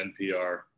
NPR